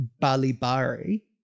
balibari